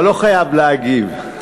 אתה לא חייב להגיב.